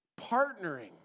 Partnering